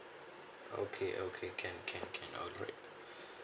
okay okay can can can alright